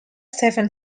seven